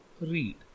read